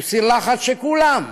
הוא סיר לחץ שכולם,